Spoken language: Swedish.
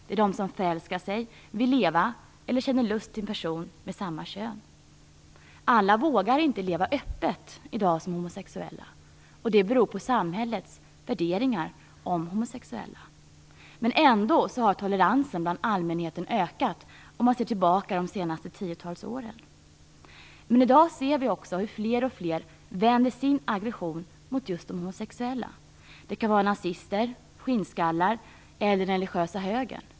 Det är de som förälskar sig i, vill leva med eller känner lust till en person av samma kön. Alla vågar inte i dag leva öppet som homosexuella. Det beror på samhällets värderingar om homosexuella. Ändå har toleransen bland allmänheten ökat, sett till det senaste tiotalet år. I dag ser vi också hur allt fler vänder sin aggression mot just de homosexuella. Det kan vara nazister, skinnskallar eller den religiösa högern.